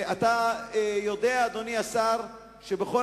אתה יודע, אדוני השר, שבכל